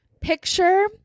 Picture